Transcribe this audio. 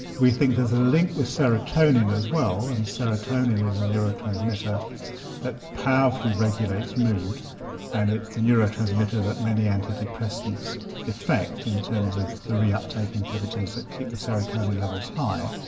we think there's a link with serotonin as well, and serotonin is a neurotransmitter that powerfully regulates mood and it's the neurotransmitter that many antidepressants affect in terms of the reuptake inhibitors that keep the serotonin levels high,